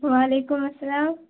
و علیکم السلام